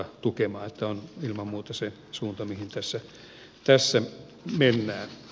tämä on ilman muuta se suunta mihin tässä mennään